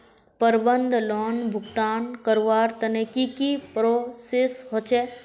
प्रबंधन लोन भुगतान करवार तने की की प्रोसेस होचे?